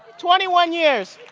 twenty one years.